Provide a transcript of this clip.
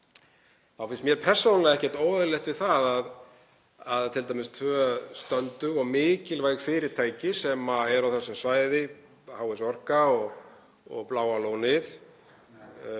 þá finnst mér persónulega ekkert óeðlilegt við það að t.d. tvö stöndug og mikilvæg fyrirtæki sem eru á þessu svæði, HS orka og Bláa lónið,